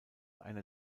einer